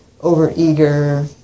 over-eager